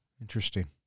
Interesting